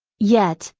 yet,